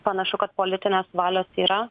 panašu kad politinės valios yra